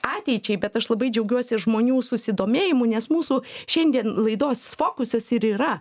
ateičiai bet aš labai džiaugiuosi žmonių susidomėjimu nes mūsų šiandien laidos fokusas ir yra